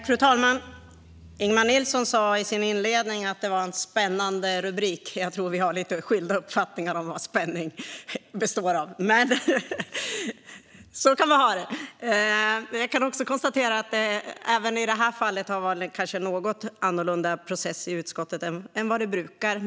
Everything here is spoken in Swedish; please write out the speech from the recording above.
Fru talman! Ingemar Nilsson sa i sin inledning att det var en spännande rubrik. Jag tror att vi har lite skilda uppfattningar om vad spänning består av. Jag kan konstatera att det även i det här fallet kanske har varit en något annorlunda process i utskottet än vad det brukar vara.